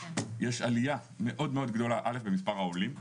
יש עלייה מאוד גדולה במספר העולים,